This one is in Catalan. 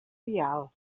vial